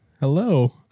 Hello